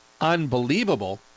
unbelievable